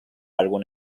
algún